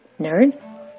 Nerd